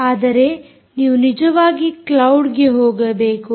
ಆದರೆ ನೀವು ನಿಜವಾಗಿ ಕ್ಲೌಡ್ಗೆ ಹೋಗಬೇಕು